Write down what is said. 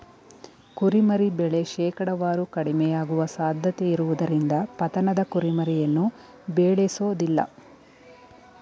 ಕುರಿಮರಿ ಬೆಳೆ ಶೇಕಡಾವಾರು ಕಡಿಮೆಯಾಗುವ ಸಾಧ್ಯತೆಯಿರುವುದರಿಂದ ಪತನದ ಕುರಿಮರಿಯನ್ನು ಬೇಳೆಸೋದಿಲ್ಲ